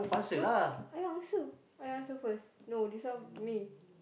no I answer I answer first no this one me